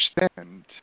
understand